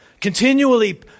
Continually